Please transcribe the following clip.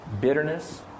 bitterness